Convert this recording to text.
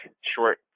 short